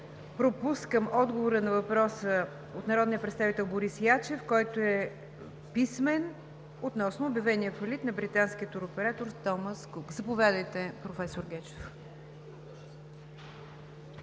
Пропускам отговора на въпроса от народния представител Борис Ячев, който е писмен, относно обявения фалит на британския туроператор „Томас Кук“. Заповядайте, професор Гечев.